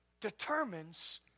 determines